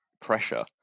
pressure